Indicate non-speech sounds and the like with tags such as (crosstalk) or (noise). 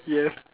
(laughs) yes